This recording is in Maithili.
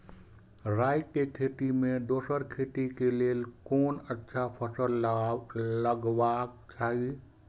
राय के खेती मे दोसर खेती के लेल कोन अच्छा फसल लगवाक चाहिँ?